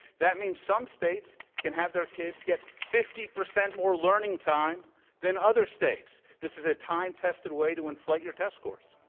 that means some states can have their kids get fifty percent more learning time than other states. this is a time test ed and way to inflate your test scores.